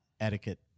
etiquette